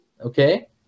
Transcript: Okay